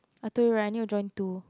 I told you [right] I need to join two